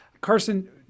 Carson